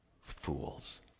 fools